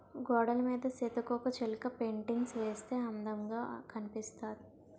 గోడలమీద సీతాకోకచిలక పెయింటింగ్స్ వేయిస్తే అందముగా కనిపిస్తాది